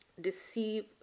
deceive